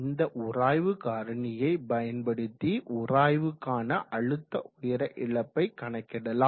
இந்த உராய்வு காரணியை பயன்படுத்தி உராய்வுக்கான அழுத்த உயர இழப்பை கணக்கிடலாம்